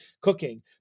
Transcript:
cooking